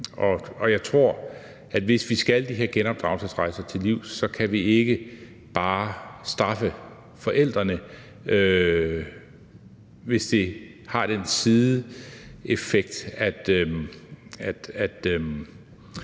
Og jeg tror, at hvis vi skal de her genopdragelsesrejser til livs, kan vi ikke bare straffe forældrene, hvis det har den sideeffekt, at